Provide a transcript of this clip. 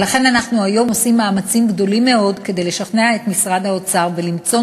ולכן אנחנו עושים היום מאמצים גדולים מאוד לשכנע את משרד האוצר ולמצוא